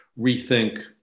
rethink